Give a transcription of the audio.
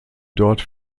dort